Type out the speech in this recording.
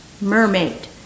mermaid